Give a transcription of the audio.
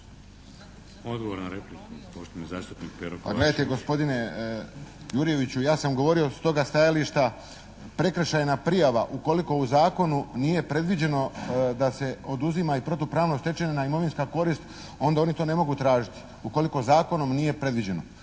**Kovačević, Pero (HSP)** Pa gledajte gospodine Jurjeviću, ja sam govorio s toga stajališta, prekršajna prijava ukoliko u zakonu nije predviđeno da se oduzima i protupravno stečena imovinska korist, onda oni to ne mogu tražiti, ukoliko zakonom nije predviđeno.